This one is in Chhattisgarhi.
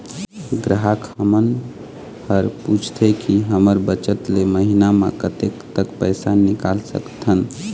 ग्राहक हमन हर पूछथें की हमर बचत ले महीना मा कतेक तक पैसा निकाल सकथन?